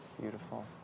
Beautiful